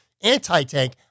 anti-tank